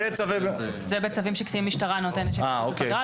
זה בצווים שקצין משטרה נותן אישור לפגרה,